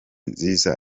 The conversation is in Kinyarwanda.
nziza